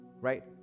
Right